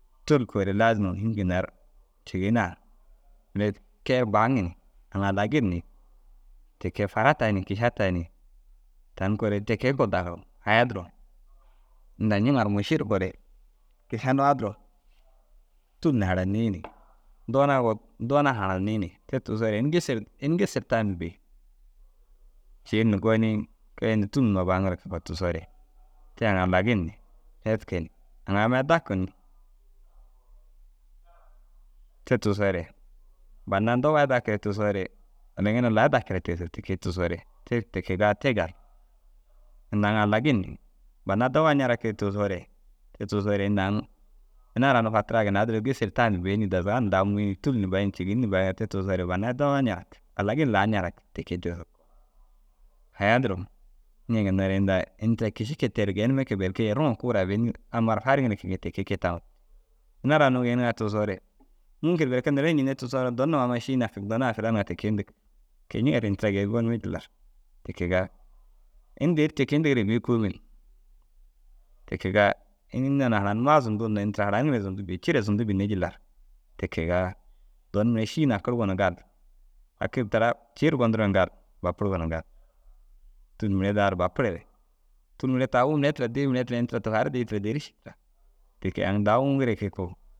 Tûl kogoore laazum ini ginnar cêgen a mire kee ru baaŋi ni aŋ alagin ni ti kee fara tayi ni kiša tayi ni. Tan kogoore te kee kogoo dagir haya duro. Inda nciŋa ru muši ru koore kiša nuwaa duro tûl na haranii ni doona wo doona haranii ni. Te tigisoore ini gêser ini gêser tame bêi. Cii na gonii keen tûl na baaŋire kege tigisoore te aŋ halagin ni netke ni aŋ ammai daku ni. Te tigisoore banna dowai dakire tigisoore alaginaa laa dakire tigisig ti kee tigisoore te te kegaa te gali. Inda aŋ alagin ni banna dowai ncirakire tigisoore te tigisoore inda aŋ ina ara unnu fatiraa ginna duro gêser tame bêi ni dazagan na dau muyii tûl na bayii cêgen na bayii te tigisoore banna dowai nciraku. Alagin laa nciraku te kee tigisoo haya duruŋ. Ini ginna re inda in tira kiši kee teere geenime kee belke yeruŋo kuu ru (avenir) amma ru fariŋire kege te kee taŋo. Ina ara unnu yêniŋaa tigisoore mûŋkin berke neere ncênne tigisoo na doon numa ammai šîi nakigi « doon ai filan ŋa » ti kee yindig. Ke- i nciŋa ru ini tira geenum gonume jilla ru ti kegaa. Ini dêri « ti kege » yindigire bêi kôomil ti kegaa ini înni yoo na haranimmaa zundu hinnoo ini tira haraniŋire zundu bêi ciire zundu bênne jilla ru. Te kegaa doon mire šîi nakirigi woo na gali haki taara ciiru godirigire woo na gali bapurugi woo na gali. Tûl mire daar bapureere tûl mire taa- u mire dii mire ini tira tufar dii tira dêri ši tira. Ti kee aŋ dau uŋugire kee koo